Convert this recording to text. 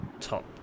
top